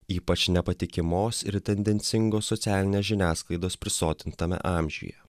ypač nepatikimos ir tendencingos socialinės žiniasklaidos prisotintame amžiuje